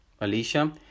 Alicia